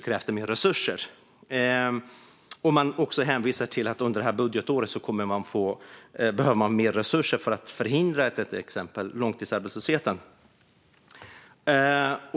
Man hänvisar också till att man under det här budgetåret kommer att behöva mer resurser för att förhindra till exempel långtidsarbetslöshet.